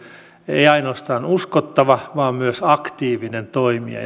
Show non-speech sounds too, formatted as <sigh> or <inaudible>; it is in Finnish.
ei ainoastaan uskottava vaan myös aktiivinen toimija <unintelligible>